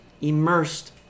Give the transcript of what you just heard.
immersed